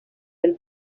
del